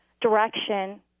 direction